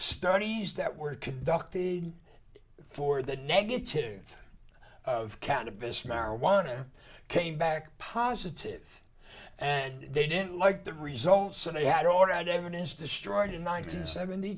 studies that were conducted for the negative of cannabis marijuana came back positive and they didn't like the results they had or had evidence destroyed in nineteen seventy